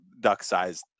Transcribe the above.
duck-sized